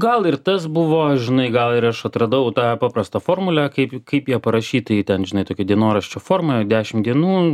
gal ir tas buvo žinai gal ir aš atradau tą paprastą formulę kaip kaip ją parašyti ji ten žinai tokia dienoraščio forma dešim dienų